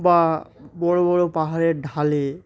বা বড়ো বড়ো পাহাড়ের ঢালে